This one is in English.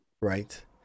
right